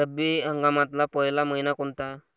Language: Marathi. रब्बी हंगामातला पयला मइना कोनता?